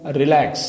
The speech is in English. relax